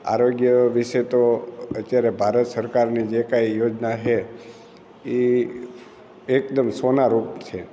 આરોગ્ય વિષે તો અત્યારે ભારત સરકારની જે કંઈ યોજના છે એ એકદમ સોનારૂપ છે